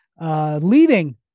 Leading